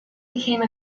became